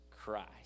Christ